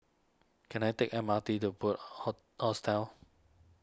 can I take M R T to Bunc Hostel